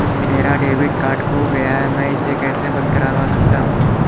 मेरा debit card खो गया है मैं इसे कैसे बंद करवा सकता हूँ?